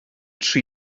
tri